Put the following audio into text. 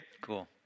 Cool